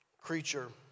creature